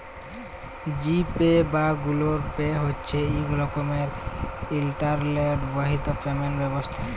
জি Pay বা Google Pay হছে ইক রকমের ইলটারলেট বাহিত পেমেল্ট ব্যবস্থা